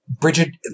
Bridget